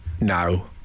No